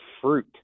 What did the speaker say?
fruit